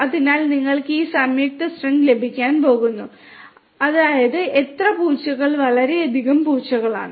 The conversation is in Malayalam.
അതിനാൽ നിങ്ങൾക്ക് ഈ സംയുക്ത സ്ട്രിംഗ് ലഭിക്കാൻ പോകുന്നു അതായത് എത്ര പൂച്ചകൾ വളരെയധികം പൂച്ചകളാണ്